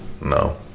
No